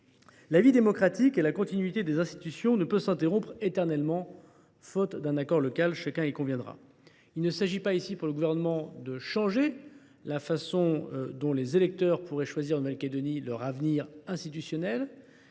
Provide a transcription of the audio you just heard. la vie démocratique et la continuité des institutions ne peuvent s’interrompre éternellement faute d’un accord local. Il ne s’agit pas pour le Gouvernement de changer la façon dont les électeurs pourraient choisir leur avenir institutionnel.